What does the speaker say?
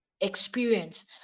experience